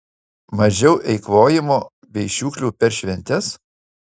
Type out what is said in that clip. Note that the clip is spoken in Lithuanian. mažiau eikvojimo bei šiukšlių per šventes